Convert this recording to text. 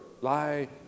Lie